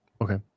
Okay